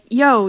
yo